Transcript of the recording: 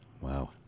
Wow